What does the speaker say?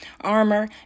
armor